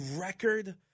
record